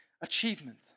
achievement